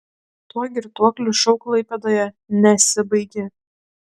tuo girtuoklių šou klaipėdoje nesibaigė